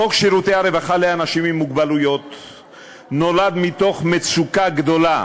חוק שירותי רווחה לאנשים עם מוגבלות נולד מתוך מצוקה גדולה,